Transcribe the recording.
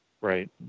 right